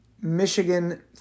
Michigan